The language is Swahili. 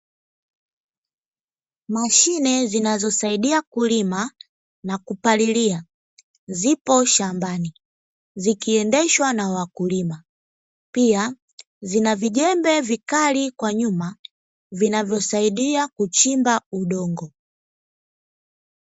Mashine zinazosaidia kulima na kupalilia zipo shambani zikiendeshwa na wakulima, pia zina vijembe vikali kwa nyuma vinavyosaidia kuchimba udongo.